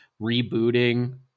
rebooting